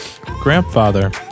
grandfather